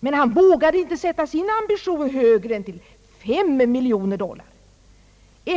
men han vågade inte sätta ambitionen högre än till 5 miljoner dollar.